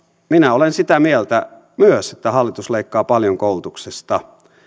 minä olen sitä mieltä myös että hallitus leikkaa paljon koulutuksesta